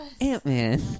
Ant-Man